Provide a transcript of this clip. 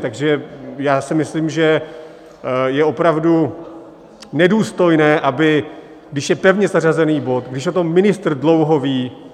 Takže já si myslím, že je opravdu nedůstojné, když je pevně zařazený bod, když o tom ministr dlouho ví, aby